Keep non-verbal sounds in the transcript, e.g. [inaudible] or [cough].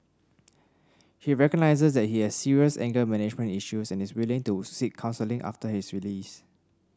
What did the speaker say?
[noise] he recognises that he has serious anger management issues and is willing to seek counselling after his release